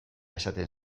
esaten